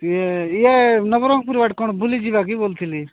ଇଏ ଇଏ ନବରଙ୍ଗପୁର ବାଟେ କ'ଣ ବୁଲି ଯିବା କି କହୁଥିଲି